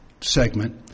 segment